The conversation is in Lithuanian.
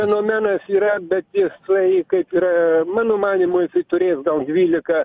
fenomenas yra bet jisai kaip yra mano manymu jisai turės gal dvylika